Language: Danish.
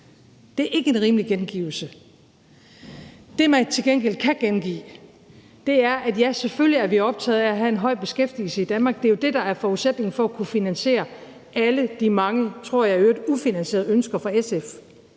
Det er ikke en rimelig gengivelse. Det, man til gengæld kan gengive, er, at ja, selvfølgelig er vi optaget af at have en høj beskæftigelse i Danmark. Det er jo det, der er forudsætningen for at kunne finansiere alle de mange, tror jeg i øvrigt ufinansierede ønsker fra SF.